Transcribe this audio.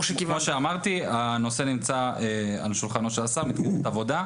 כמו שאמרתי, הנושא נמצא על שולחנו של השר בעבודה,